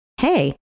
hey